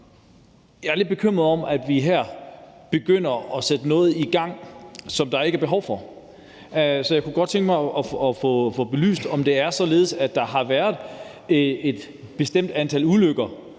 Jeg er lidt bekymret over, om vi her begynder at sætte noget i gang, der ikke er behov for. Så jeg kunne godt tænke mig at få belyst, om det er således, at der på nuværende tidspunkt har været et bestemt antal ulykker,